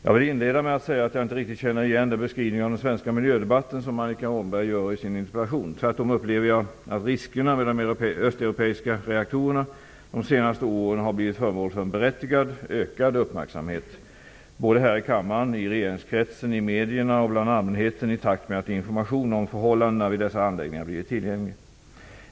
Inledningsvis vill jag säga att jag inte riktigt känner igen den beskrivning av den svenska miljödebatten som Annika Åhnberg gör i sin interpellation. Tvärtom upplever jag att riskerna med de östeuropeiska reaktorerna de senaste åren har blivit föremål för en berättigad ökad uppmärksamhet, både här i kammaren, i regeringskretsen, i medierna och bland allmänheten, i takt med att information om förhållandena vid dessa anläggningar blivit tillgänglig.